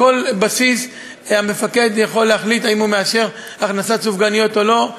בכל בסיס המפקד יכול להחליט האם הוא מאשר הכנסת סופגניות או לא.